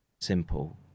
simple